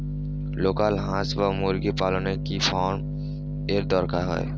Local হাস বা মুরগি পালনে কি ফার্ম এর দরকার হয়?